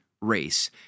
race